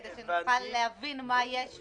כדי שנוכל להבין מה יש בה,